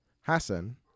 Hassan